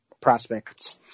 prospects